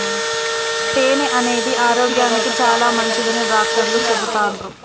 తేనె అనేది ఆరోగ్యానికి చాలా మంచిదని డాక్టర్లు చెపుతాన్రు